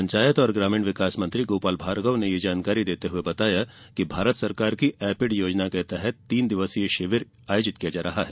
पंचायत एवं ग्रामीण विकास मंत्री गोपाल भार्गव ने ये जानकारी देते हुए बताया कि भारत सरकार की एपिड योजना के तहत तीन दिवसीय शिविर आयोजित किया जा रहा है